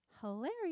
hilarious